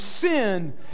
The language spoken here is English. sin